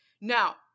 Now